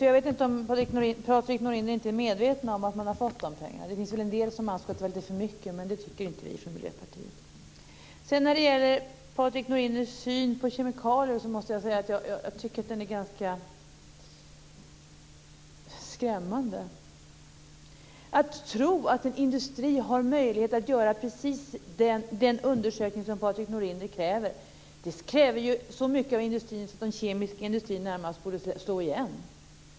Jag vet inte om Patrik Norinder är medveten om att man har fått de här pengarna. Det finns väl en del som anser att det är lite för mycket men det tycker inte vi i Miljöpartiet. Sedan måste jag säga att jag tycker att Patrik Norinders syn på kemikalier är ganska skrämmande. Att en industri ska göra precis den undersökning som Patrik Norinder påfordrar skulle kräva så mycket av den kemiska industrin att den närmast skulle tvingas slå igen.